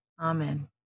Amen